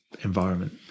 environment